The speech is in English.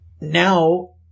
now